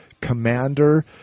Commander